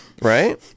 Right